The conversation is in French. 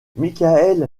mickaël